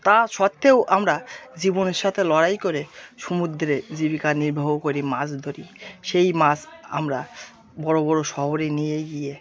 তা সত্ত্বেও আমরা জীবনের সাথে লড়াই করে সমুদ্রে জীবিকা নির্বাহ করি মাছ ধরি সেই মাছ আমরা বড় বড় শহরে নিয়ে গিয়ে